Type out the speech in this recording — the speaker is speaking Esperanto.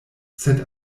sed